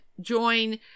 join